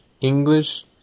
English